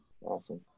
Awesome